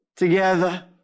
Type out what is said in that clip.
together